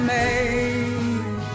made